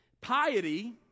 piety